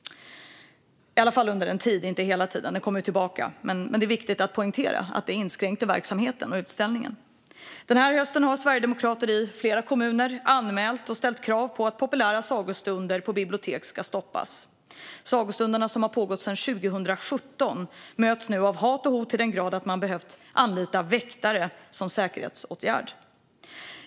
Bilden kom sedan tillbaka, men det är viktigt att poängtera att det inskränkte verksamheten och utställningen. Den här hösten har sverigedemokrater i flera kommuner anmält och ställt krav på att populära sagostunder på bibliotek ska stoppas. Sagostunderna, som har pågått sedan 2017, möts nu av hat och hot till den grad att man behövt anlita väktare som säkerhetsåtgärd.